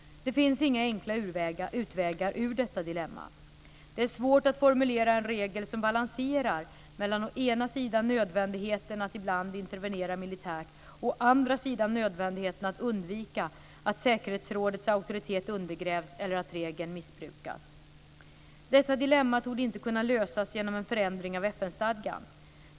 Det finns inga enkla utvägar ur detta dilemma. Det är svårt att formulera en regel som balanserar mellan å ena sidan nödvändigheten att ibland intervenera militärt och å andra sidan nödvändigheten att undvika att säkerhetsrådets auktoritet undergrävs eller att regeln missbrukas. Detta dilemma torde inte kunna lösas genom en förändring av FN-stadgan.